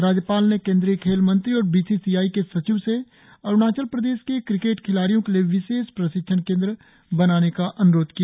राज्यपाल ने केंद्रीय खेल मंत्री और बी सी सी आई के सचिव से अरुणाचल प्रदेश के क्रिकेट खिलाड़ियों के लिए विशेष प्रशिक्षण केंद्र बनाने का अन्रोध किया